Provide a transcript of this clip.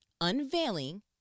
unveiling